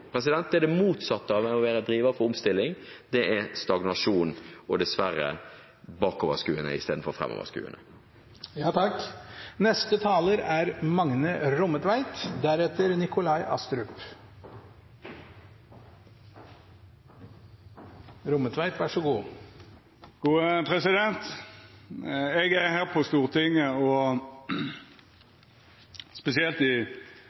Det er det motsatte av å være driver for omstilling, det er stagnasjon, og dessverre bakoverskuende istedenfor framoverskuende. Eg er her på Stortinget og spesielt i